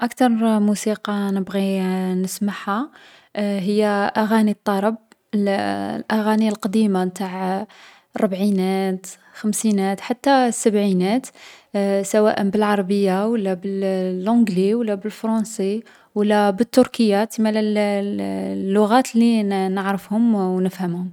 أكتر موسيقى نبغي نسمعها هي أغاني الطرب. الـ الأغاني القديمة نتاع الربعينات، الخمسينات حتى السبعينات. سواء بالعربية و لا بلونجلي و لا بالفرونسي، و لا بالتركية. تسمالا الـ اللغات لي نـ نعرفهم او نفهمهم.